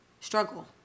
struggle